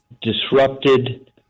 disrupted